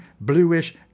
bluish